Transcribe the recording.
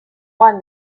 won